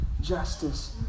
justice